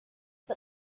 but